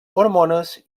hormones